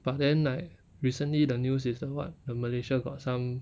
but then like recently the new system [what] the malaysia got some